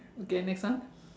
okay next one